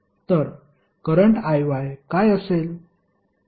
तर current Iy काय असेल